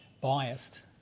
biased